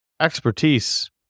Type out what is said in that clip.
expertise